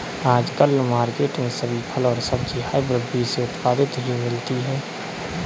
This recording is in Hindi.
आजकल मार्केट में सभी फल और सब्जी हायब्रिड बीज से उत्पादित ही मिलती है